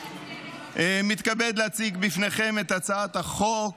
אני מתכבד להציג בפניכם את הצעת חוק